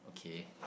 okay